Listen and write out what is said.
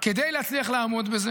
כדי להצליח לעמוד בזה